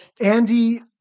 Andy